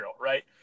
Right